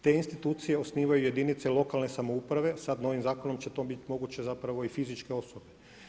Te institucije osnivaju jedinice lokalne samouprave, sad novim zakonom će to biti moguće zapravo i fizičke osobe.